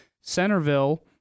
Centerville